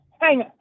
hang